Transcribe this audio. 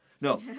No